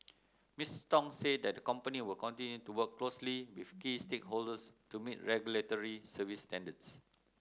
Mister Tong said the company will continue to work closely with key stakeholders to meet regulatory service standards